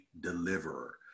deliverer